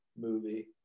movie